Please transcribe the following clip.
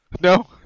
No